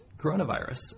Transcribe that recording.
coronavirus